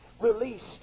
released